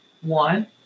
one